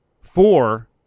four